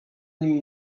nim